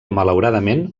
malauradament